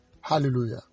Hallelujah